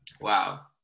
Wow